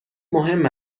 مهم